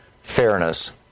fairness